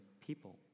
people